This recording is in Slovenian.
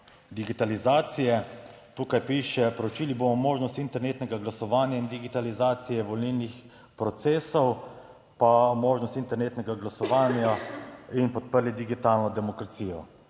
digitalizacije. Tukaj piše: "Proučili bomo možnost internetnega glasovanja in digitalizacije volilnih procesov pa možnost internetnega glasovanja in podprli digitalno demokracijo."